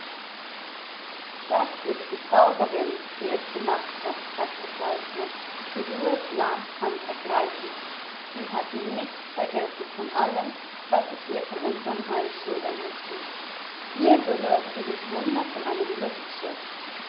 das ist die zauberin die es gemacht hat sagte saltner gerührt las hand ergreifend sie hat nichts vergessen von allem was ich ihr von unserm heim schildern mußte ihr gehört dieses wunder von einem